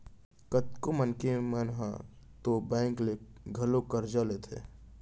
कतको मनसे मन ह तो बेंक ले घलौ करजा लेथें